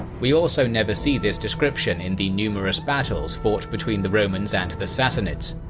we also never see this description in the numerous battles fought between the romans and the sassanids.